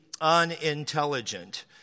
unintelligent